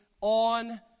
on